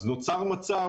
אז נוצר מצב,